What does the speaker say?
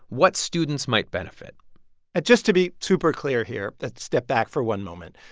what students might benefit and just to be super clear here, let's step back for one moment.